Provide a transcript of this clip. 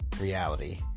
reality